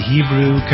Hebrew